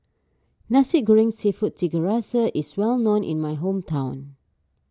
Nasi Goreng Seafood Tiga Rasa is well known in my hometown